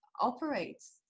operates